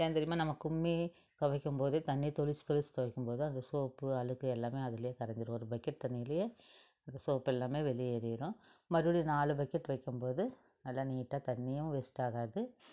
ஏன் தெரியுமா நம்ம கும்மி துவைக்கும்போது தண்ணீர் தொளிச்சி தொளிச்சி துவைக்கும்போது அந்த சோப்பு அழுக்கு எல்லாமே அதிலே கரஞ்சிடும் ஒரு பக்கெட் தண்ணீர்லையே அந்த சோப்பு எல்லாமே வெளி ஏறிடும் மறுபடி நாலு பக்கெட் வைக்கும்போது நல்லா நீட்டாக தண்ணியும் வேஸ்ட் ஆகாது